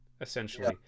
essentially